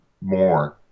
more